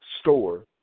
store